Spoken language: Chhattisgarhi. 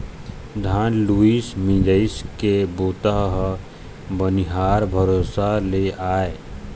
धान लुवई मिंजई के बूता ह बनिहार भरोसा तो आय